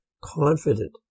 confident